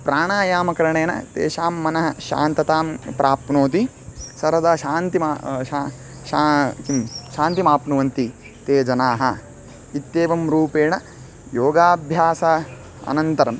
प्राणायामकरणेन तेषां मनः शान्ततां प्राप्नोति सर्वदा शान्तिं शा किम् शान्तिमाप्नुवन्ति ते जनाः इत्येवं रूपेण योगाभ्यासः अनन्तरम्